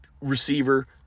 receiver